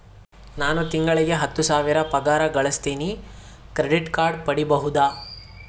ನಾನು ತಿಂಗಳಿಗೆ ಹತ್ತು ಸಾವಿರ ಪಗಾರ ಗಳಸತಿನಿ ಕ್ರೆಡಿಟ್ ಕಾರ್ಡ್ ಪಡಿಬಹುದಾ?